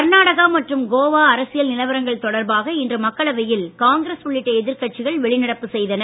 கர்நாடகா மற்றும் கோவா அரசியல் நிலவரங்கள் தொடர்பாக இன்று மக்களவையில் காங்கிரஸ் உள்ளிட்ட எதிர்கட்சிகள் வெளிநடப்பு செய்தன